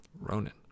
Ronan